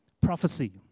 prophecy